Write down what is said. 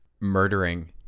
murdering